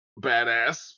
badass